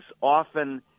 often